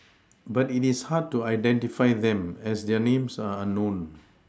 but it is hard to identify them as their names are unknown